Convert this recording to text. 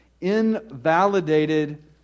invalidated